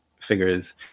figures